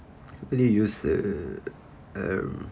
really use uh mm